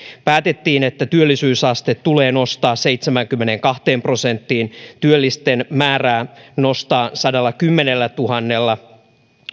päätettiin että työllisyysaste tulee nostaa seitsemäänkymmeneenkahteen prosenttiin työllisten määrää nostaa sadallakymmenellätuhannella